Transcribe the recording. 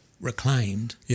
reclaimed